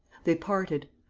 they parted.